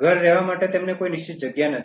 ઘર રહેવા માટે કોઈ એક નિશ્ચિત નથી